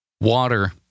water